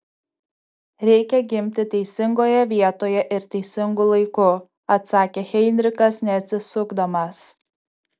reikia gimti teisingoje vietoje ir teisingu laiku atsakė heinrichas neatsisukdamas